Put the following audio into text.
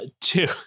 two